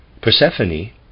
Persephone